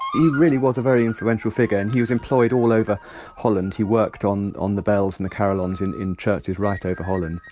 he really was a very influential figure and he was employed all over holland. he worked on on the bells and the carillons in in churches right over holland.